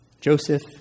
Joseph